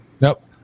Nope